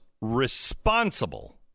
responsible